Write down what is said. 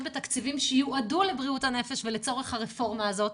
בתקציבים שיועדו לבריאות הנפש ולצורך הרפורמה הזאת,